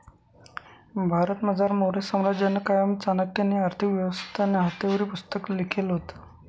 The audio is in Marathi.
भारतमझार मौर्य साम्राज्यना कायमा चाणक्यनी आर्थिक व्यवस्थानं हातेवरी पुस्तक लिखेल व्हतं